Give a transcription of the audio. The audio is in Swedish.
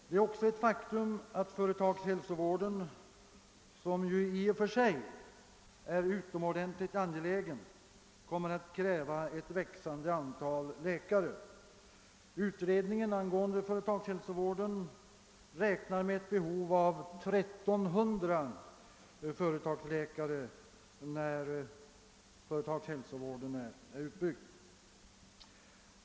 Det är också ett faktum att företagshälsovården, som ju i och för sig är utomordentligt angelägen, kommer att kräva ett växande antal läkare. Utredningen angående företagshälsovården räknar med ett behov av 1300 företagsläkare när företagshälsovården är utbyggd.